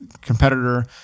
competitor